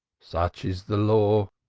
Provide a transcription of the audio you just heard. such is the law.